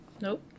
nope